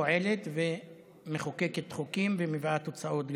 פועלת ומחוקקת חוקים ומביאה גם תוצאות.